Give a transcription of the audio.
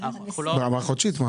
ברמה חודשית.